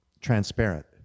transparent